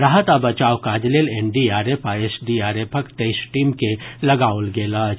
राहत आ बचाव काज लेल एनडीआरएफ आ एसडीआरएफक तेईस टीम के लगाओल गेल अछि